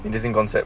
interesting concept